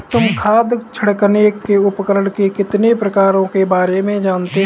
तुम खाद छिड़कने के उपकरण के कितने प्रकारों के बारे में जानते हो?